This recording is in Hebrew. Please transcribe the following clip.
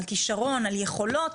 על כישרון ועל יכולות,